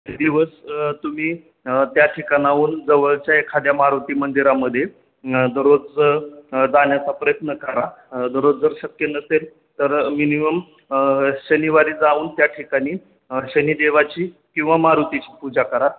दिवस तुम्ही त्या ठिकाणावरून जवळच्या एखाद्या मारुती मंदिरामध्ये दररोज जाण्याचा प्रयत्न करा दररोज जर शक्य नसेल तर मिनिमम शनिवारी जाऊन त्या ठिकाणी शनिदेवाची किंवा मारुतीची पूजा करा